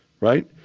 Right